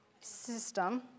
system